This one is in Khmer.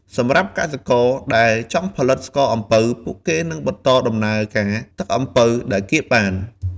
សម្រាប់កសិករដែលចង់ផលិតស្ករអំពៅ ពួកគេនឹងបន្តដំណើរការទឹកអំពៅដែលកៀបបាន។